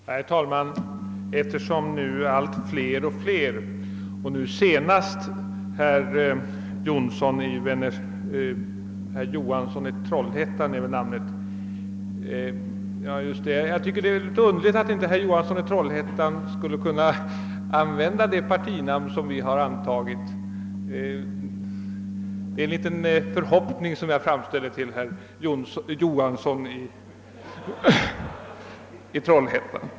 Herr talman! Allt fler tycks ha svårt att hålla reda på namn. Nu senast var det herr Jonsson i Väners... — nej, herr Johansson i Trollhättan är visst namnet. Jag tycker det är litet underligt att inte herr Johansson i Trollhättan skulle kunna använda det partinamn vi antagit. Detta är en liten förhoppning som jag framställde till herr Jonsson, nej, Johansson i Trollhättan.